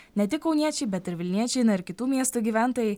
ne tik kauniečiai bet ir vilniečiai na ir kitų miestų gyventojai